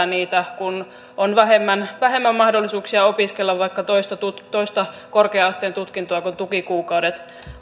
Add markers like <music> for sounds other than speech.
<unintelligible> niitä kun on vähemmän vähemmän mahdollisuuksia opiskella vaikka toista korkea asteen tutkintoa kun tukikuukaudet